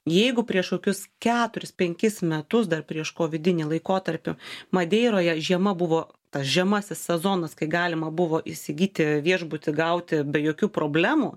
jeigu prieš kokius keturis penkis metus dar prieš kovidinį laikotarpį madeiroje žiema buvo tas žemasis sezonas kai galima buvo įsigyti viešbutį gauti be jokių problemų